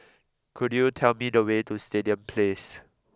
could you tell me the way to Stadium Place